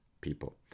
people